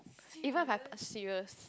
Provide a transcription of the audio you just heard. even if I serious